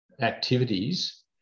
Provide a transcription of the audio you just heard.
Activities